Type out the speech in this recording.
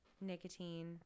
nicotine